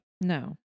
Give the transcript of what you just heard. no